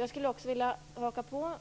Jag skulle vilja haka på